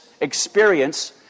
experience